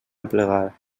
aplegar